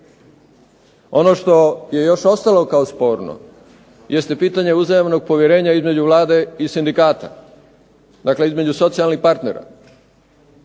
Ono što je još ostalo kao sporno jeste pitanje uzajamnog povjerenja između Vlade i sindikata, dakle između socijalnih partnera.